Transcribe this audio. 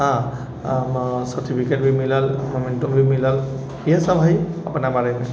हँ सर्टिफिकेट भी मिलल मोमेन्टो भी मिलल इएहसब हइ अपना बारेमे